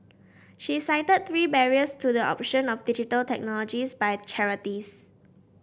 she cited three barriers to the option of Digital Technologies by charities